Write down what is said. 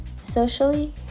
socially